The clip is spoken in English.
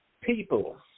People